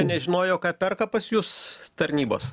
nežinojo ką perka pas jus tarnybos